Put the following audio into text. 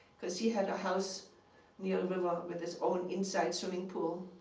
because he had a house near a river with his own inside swimming pool.